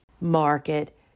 market